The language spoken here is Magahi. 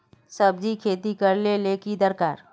सब्जी खेती करले ले की दरकार?